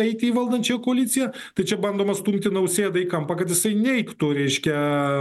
eiti į valdančią koaliciją tai čia bandoma stumti nausėdą į kampą kad jisai neigtų reiškia